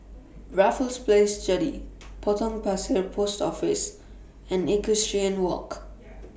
Raffles Place Jetty Potong Pasir Post Office and Equestrian Walk